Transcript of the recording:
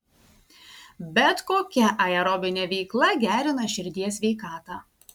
bet kokia aerobinė veikla gerina širdies sveikatą